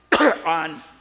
on